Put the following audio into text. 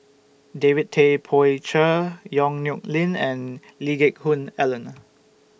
David Tay Poey Cher Yong Nyuk Lin and Lee Geck Hoon Ellen